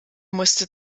musste